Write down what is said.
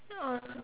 oh